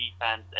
defense